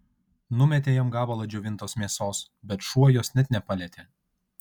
numetė jam gabalą džiovintos mėsos bet šuo jos net nepalietė